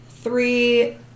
Three